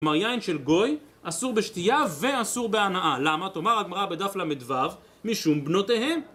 כלומר יין של גוי אסור בשתייה ואסור בהנאה, למה? תאמר הגמרא בדף ל"ו, משום בנותיהם